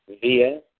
via